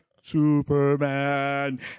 Superman